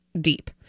deep